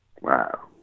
Wow